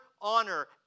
honor